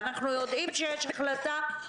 ואנחנו יודעים שיש החלטה,